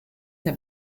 der